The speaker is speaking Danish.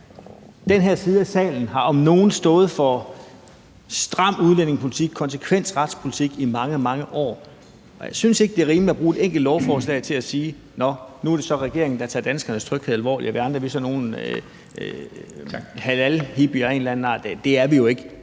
Den her side af salen har om nogen stået for en stram udlændingepolitik og en konsekvent retspolitik i mange, mange år, og jeg synes ikke, det er rimeligt at bruge et enkelt lovforslag til at sige, at nu er det så regeringen, der tager danskernes tryghed alvorligt, og at vi andre er sådan nogle halalhippier af en eller anden